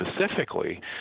specifically